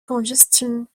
congestion